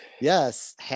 yes